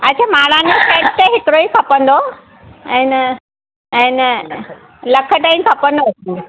अच्छा मारानी सेट हिकिड़ो ई खपंदो एन एन लख ताईं खपनि